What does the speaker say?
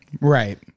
Right